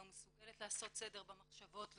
לא מסוגלת לעשות סדר במחשבות,